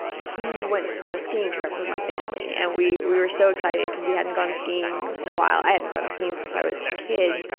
he went on a skiing trip with my family. and we we were so excited because we hadn't gone skiing in a while. i hadn't gone skiing since i was a kid.